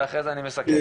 ואחרי זה אני מסכם.